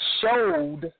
showed